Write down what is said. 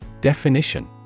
Definition